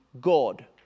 God